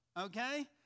Okay